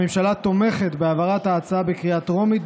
הממשלה תומכת בהעברת ההצעה בקריאה טרומית,